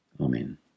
Amen